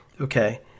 okay